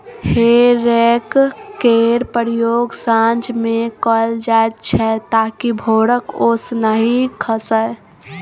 हे रैक केर प्रयोग साँझ मे कएल जाइत छै ताकि भोरक ओस नहि खसय